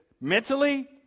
mentally